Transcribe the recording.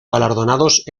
galardonados